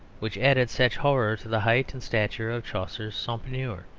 which added such horror to the height and stature of chaucer's sompnour.